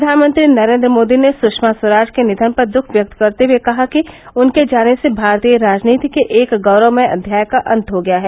प्रधानमंत्री नरेन्द्र मोदी ने सुषमा स्वराज के निधन पर दुख व्यक्त करते हुए कहा कि उनके जाने से भारतीय राजनीति के एक गौरवमय अध्याय का अंत हो गया है